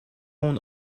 اون